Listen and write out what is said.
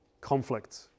conflict